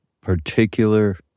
particular